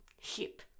Ship